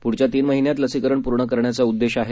पुढच्या तीन महिन्यात लसीकरण पूर्ण करण्याचा उद्देश आहे